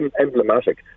emblematic